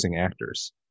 actors